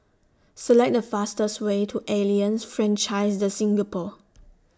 Select The fastest Way to Alliance Francaise De Singapour